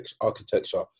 architecture